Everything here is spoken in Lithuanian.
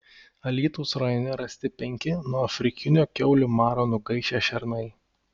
alytaus rajone rasti penki nuo afrikinio kiaulių maro nugaišę šernai